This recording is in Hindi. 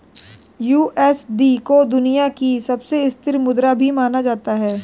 यू.एस.डी को दुनिया की सबसे स्थिर मुद्रा भी माना जाता है